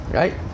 right